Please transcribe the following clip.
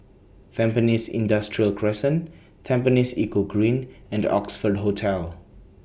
Tampines Industrial Crescent Tampines Eco Green and Oxford Hotel